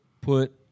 put